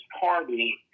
Party